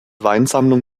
weinsammlung